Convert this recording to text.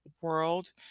world